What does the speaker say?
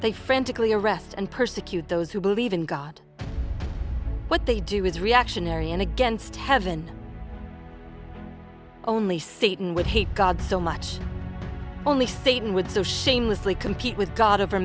they frantically arrest and persecute those who believe in god what they do is reactionary and against heaven only satan would hate god so much only satan would so shamelessly compete with god over